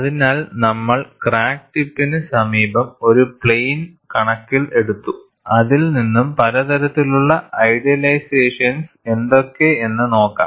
അതിനാൽ നമ്മൾ ക്രാക്ക് ടിപ്പിന് സമീപം ഒരു പ്ലെയിൻ കണക്കിൽ എടുത്തു അതിൽ നിന്നും പലതരത്തിലുള്ള ഐഡിയലൈസേഷൻസ് എന്തൊക്കെ എന്ന് നോക്കാം